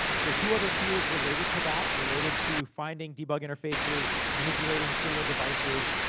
so, two other tools related to that. related to finding debug interfaces, manipulating serial devices,